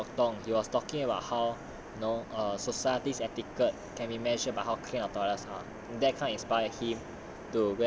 err I think goh chok tong he was talking about how you know a society's etiquette can be measured by how clean our toilets are that kind of inspired him